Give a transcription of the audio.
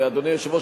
אדוני היושב-ראש,